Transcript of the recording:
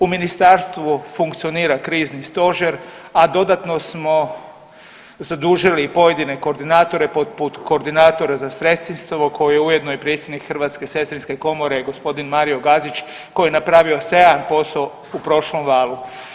U ministarstvu funkcionira krizni stožer, a dodatno smo zadužili i pojedine koordinatore poput koordinatora za sestrinstvo koji je ujedno i predsjednik Hrvatske sestrinske komore gospodin Mario Gazić koji je napravi 7% u prošlom valu.